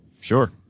Sure